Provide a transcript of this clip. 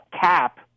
cap